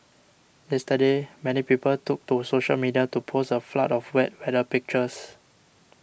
yesterday many people took to social media to post a flood of wet weather pictures